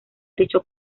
dicho